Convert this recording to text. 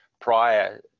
prior